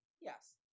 Yes